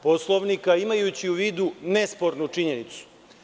Poslovnika, a imajući u vidu nespornu činjenicu.